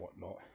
whatnot